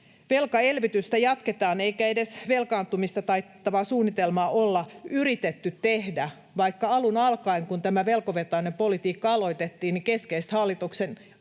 velkaelvytystä jatketaan, eikä edes velkaantumista taittavaa suunnitelmaa olla yritetty tehdä, vaikka alun alkaen, kun tämä velkavetoinen politiikka aloitettiin, keskeiset hallituksen itse